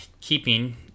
keeping